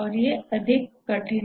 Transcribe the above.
और अधिक कठिन